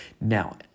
Now